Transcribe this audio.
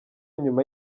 nyuma